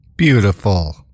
Beautiful